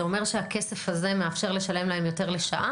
זה אומר שהכסף הזה מאפשר לשלם להם יותר לשעה?